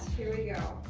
here we go,